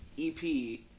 EP